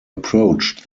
approached